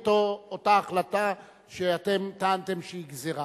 כמו לפני אותה החלטה שאתם טענתם שהיא גזירה,